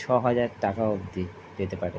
ছয় হাজার টাকা অবধি পেতে পারে